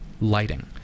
lighting